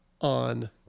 on